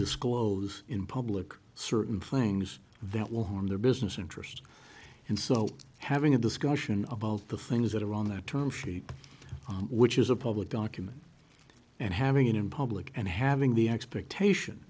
disclose in public certain things that will harm their business interests in so having a discussion about the things that are on their terms sheet which is a public document and having it in public and having the expectation